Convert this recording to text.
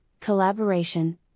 collaboration